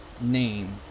name